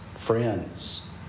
Friends